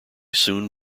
soon